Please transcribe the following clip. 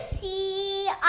see